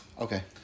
Okay